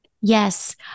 Yes